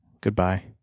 Goodbye